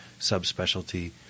subspecialty